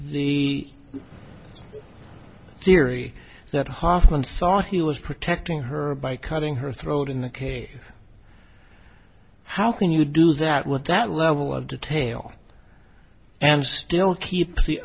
the theory that hofmann saw he was protecting her by cutting her throat in the case how can you do that with that level of detail and still keep